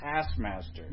taskmaster